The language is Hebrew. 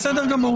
כן, בסדר גמור.